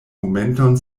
momenton